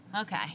Okay